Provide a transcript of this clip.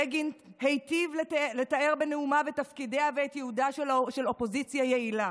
בגין היטיב לתאר בנאומיו את תפקידיה ואת ייעודה של אופוזיציה יעילה: